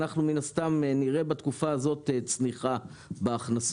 מן הסתם, נראה בתקופה הזאת צניחה בהכנסות.